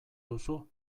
duzu